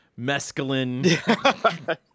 mescaline